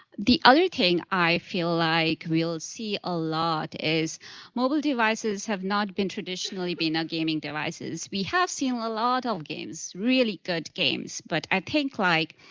the other thing i feel like we'll see a lot is mobile devices have not been traditionally been a gaming devices. we have seen a lot of games, really good games, but i think, like,